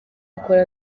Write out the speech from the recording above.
akora